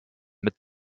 mit